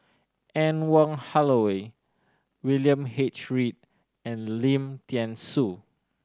Anne Wong Holloway William H Read and Lim Thean Soo